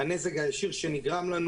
הנזק הישיר שנגרם לנו